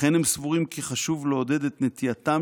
לכן הם סבורים כי חשוב לעודד את נטייתם